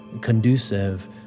conducive